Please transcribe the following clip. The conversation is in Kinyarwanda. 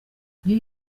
new